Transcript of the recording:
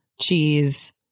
cheese